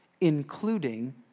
including